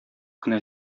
кенә